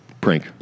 Prank